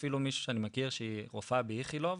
אפילו מישהי שאני מכיר שהיא רופאה באיכילוב,